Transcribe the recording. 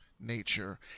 nature